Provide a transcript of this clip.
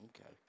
Okay